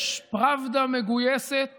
יש פרבדה מגויסת